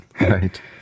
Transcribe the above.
Right